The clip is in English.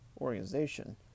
organization